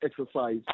exercise